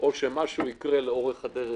או שמשהו יקרה לאורך הדרך.